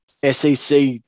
SEC